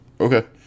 okay